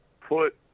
put